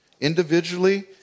individually